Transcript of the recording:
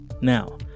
Now